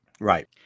right